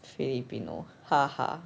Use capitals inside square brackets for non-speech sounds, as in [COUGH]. filipino [LAUGHS]